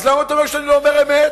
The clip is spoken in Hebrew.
אז למה אתה טוען שאני לא אומר אמת?